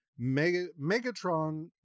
Megatron